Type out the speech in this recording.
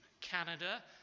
Canada